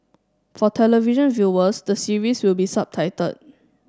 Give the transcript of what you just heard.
for television viewers the series will be subtitled